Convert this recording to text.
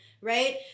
Right